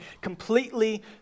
completely